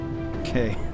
Okay